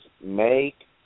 make